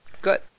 good